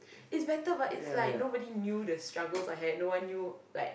it's better but it's like nobody knew the struggles I had no one knew like